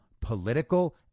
political